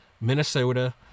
Minnesota